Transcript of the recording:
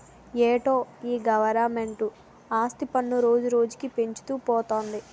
ఏటో ఈ గవరమెంటు ఆస్తి పన్ను రోజురోజుకీ పెంచుతూ పోతంది